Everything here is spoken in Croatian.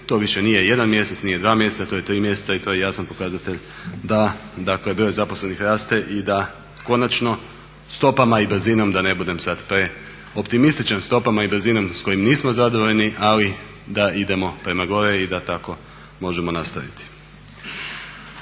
To više nije jedan mjesec, nije dva mjeseca, to je tri mjeseca i to je jasan pokazatelj da broj zaposlenih raste i da konačno stopama i brzinom, da ne budem sad preoptimističan, stopama i brzinom s kojom nismo zadovoljni ali da idemo prema gore i da tako možemo nastaviti.